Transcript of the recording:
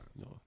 No